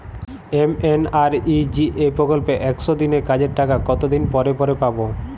MNREGA প্রকল্পে একশ দিনের কাজের টাকা কতদিন পরে পরে পাব?